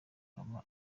akaba